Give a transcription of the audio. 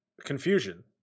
Confusion